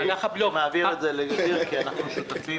אני מעביר את זה לע'דיר כמאל מריח כי אנחנו שותפים.